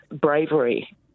bravery